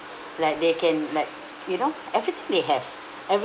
like they can like you know everything they have every